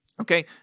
Okay